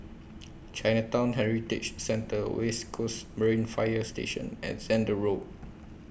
Chinatown Heritage Centre West Coast Marine Fire Station and Zehnder Road